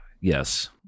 yes